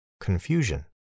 confusion